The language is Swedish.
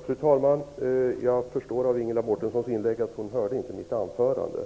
Fru talman! Jag förstår av Ingela Mårtenssons inlägg att hon inte hörde mitt anförande.